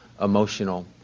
emotional